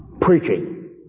preaching